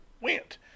went